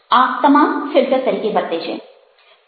આ તમામ ફિલ્ટર તરીકે વર્તે છે